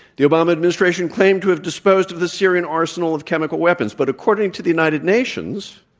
the obama administration claimed to have disposed of the syrian arsenal of chemical weapons. but, according to the united nations,